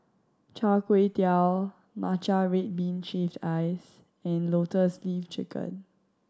Char Kway Teow matcha red bean shaved ice and Lotus Leaf Chicken